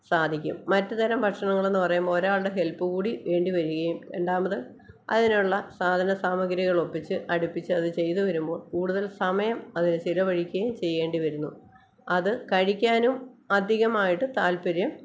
സാധിക്കും മറ്റുതരം ഭക്ഷങ്ങളെന്ന് പറയുമ്പോൾ ഒരാളുടെ ഹെൽപ്പ് കൂടി വേണ്ടി വരികയും രണ്ടാമത് അതിനുള്ള സാധന സാമഗ്രികൾ ഒപ്പിച്ച് അടിപ്പിച്ച് അത് ചെയ്ത് വരുമ്പോൾ കൂടുതൽ സമയം അതിന് ചിലവഴിക്കയും ചെയ്യേണ്ടി വരുന്നു അത് കഴിക്കാനും അധികമായിട്ട് താൽപര്യം